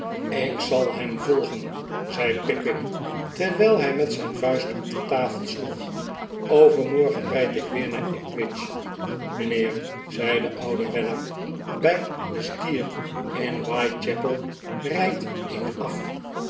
ik zal hem volgen zei pickwick terwijl hij met zijn vuist op de tafel sloeg overmorgen rijd ik weer naar ipswich mijnheer zei de oude weller bij de stier in whitechapel rijd ik af